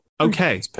Okay